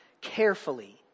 Carefully